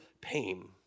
pain